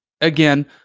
Again